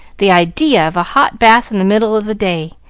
the idea of a hot bath in the middle of the day,